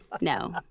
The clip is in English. No